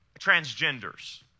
transgenders